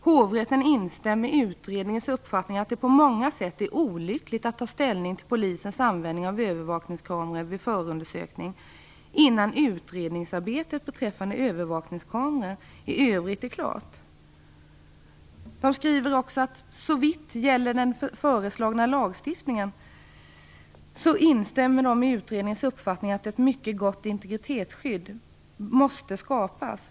Hovrätten instämmer i utredningens uppfattning att det på många sätt är olyckligt att ta ställning till Polisens användning av övervakningskameror vid förundersökning innan utredningsarbetet beträffande övervakningskameror i övrigt är klart. De skriver också att de, såvitt gäller den föreslagna lagstiftningen, instämmer i utredningens uppfattning att ett mycket gott integritetsskydd måste skapas.